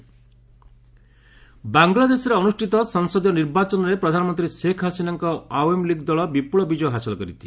Bangla poll ବାଂଲାଦେଶରେ ଅନୁଷ୍ଠିତ ସଂସଦୀୟ ନିର୍ବାଚନରେ ପ୍ରଧାନମନ୍ତ୍ରୀ ଶେଖ୍ ହସିନାଙ୍କ ଆୱାମି ଲିଗ୍ ଦଳ ବିପୁଳ ବିଜୟ ହାସଲ କରିଛି